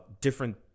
Different